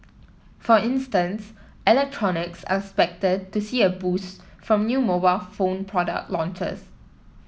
for instance electronics are expected to see a boost from new mobile phone product launches